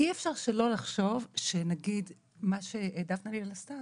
שלא לחשוב שנגיד מה שדפנה ליאל עשתה,